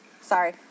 Sorry